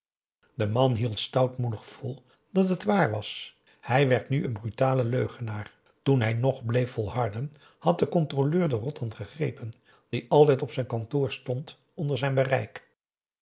de man hield stoutmoedig vol dat het waar was hij werd nu een brutale leugenaar toen hij nog bleef volharden had de controleur de rotan gegrepen die altijd op zijn kantoor stond onder zijn bereik